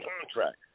contract